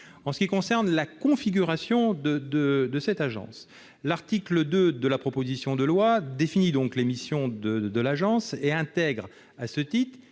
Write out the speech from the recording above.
En ce qui concerne la configuration de l'agence, l'article 2 de la proposition de loi définit les missions qui seront les siennes et intègre, à ce titre,